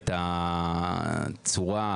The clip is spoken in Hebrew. את הצורה,